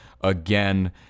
again